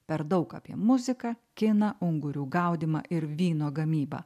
per daug apie muziką kiną ungurių gaudymą ir vyno gamybą